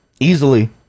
Easily